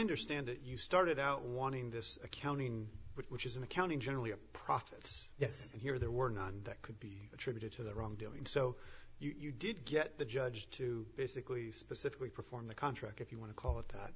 understand it you started out wanting this accounting which is an accounting generally of profits yes and here there were none that could be attributed to the wrong doing so you did get the judge to basically specifically perform the contract if you want to call it that